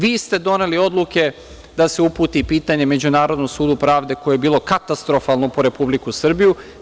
Vi ste doneli odluke da se uputi pitanje Međunarodnom sudu pravde koje je bilo katastrofalno po Republiku Srbiju.